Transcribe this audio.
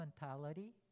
mentality